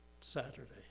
Saturday